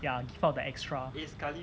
ya give out the extra